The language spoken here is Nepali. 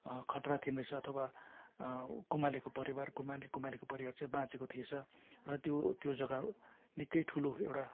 खतरा थिएन रहेछ अथवा कुम्हालेको परिवार कुम्हाले कुम्हालेको परिवार चाहिँ बाँचेको थिएछ र त्यो त्यो जगा निकै ठुलो एउटा